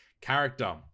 character